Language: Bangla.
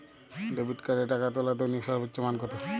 ডেবিট কার্ডে টাকা তোলার দৈনিক সর্বোচ্চ মান কতো?